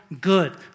good